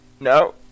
No